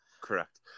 Correct